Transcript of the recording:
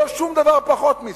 לא שום דבר פחות מזה.